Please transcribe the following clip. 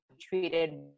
treated